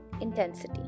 intensity